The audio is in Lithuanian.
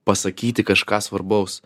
pasakyti kažką svarbaus